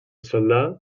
soldà